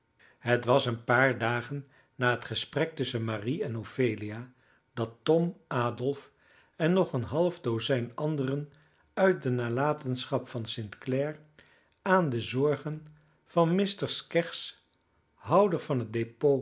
het was een paar dagen na het gesprek tusschen marie en ophelia dat tom adolf en nog een half dozijn anderen uit de nalatenschap van st clare aan de zorgen van mr skeggs houder van het depôt